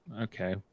okay